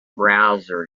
browser